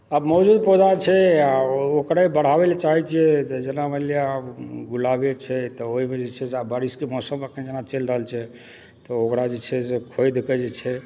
आ मजबूत पौधा छै आ ओकरे बढ़ाबयलऽ चाहैत छियै तऽ जेना मानि लिअ जेना मानि लिअ गुलाबे छै तऽ ओहिमे जे छै से आब बारिशके मौसम अखन जेना चलि रहै छै तऽ ओकरा जे छै से खोदिकऽ जे छै